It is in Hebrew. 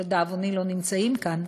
שלדאבוני לא נמצאים כאן,